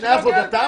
למען הדיוק.